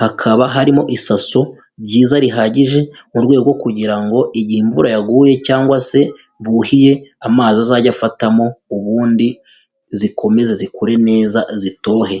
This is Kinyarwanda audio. hakaba harimo isaso ryiza rihagije mu rwego kugira ngo igihe imvura yaguye cyangwa se buhiye amazi azajye afatamo ubundi zikomeze zikure neza zitohe.